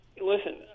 listen